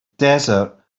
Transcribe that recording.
desert